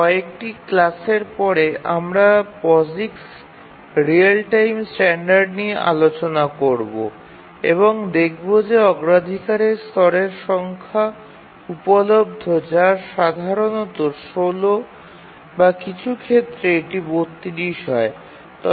কয়েকটি ক্লাসের পরে আমরা পজিক্স রিয়েল টাইম স্ট্যান্ডার্ড নিয়ে আলোচনা করব এবং দেখব যে অগ্রাধিকারের স্তরের সংখ্যা উপলব্ধ যা সাধারণত ১৬ এবং কিছু ক্ষেত্রে এটি ৩২ হয়